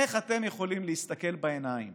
איך אתם יכולים להסתכל בעיניים